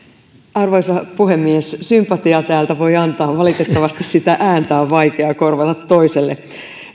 arvoisa puhemies sympatiaa täältä voi antaa valitettavasti sitä ääntä on vaikeaa korvata toiselle